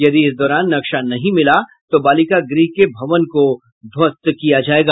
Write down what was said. यदि इस दौरान नक्शा नहीं मिला तो बालिका गृह के भवन को ध्वस्त किया जायेगा